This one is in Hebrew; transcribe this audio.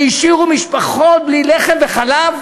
שהשאירו משפחות בלי לחם וחלב?